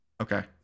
Okay